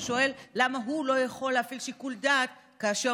ששואל למה הוא לא יכול להפעיל שיקול דעת כאשר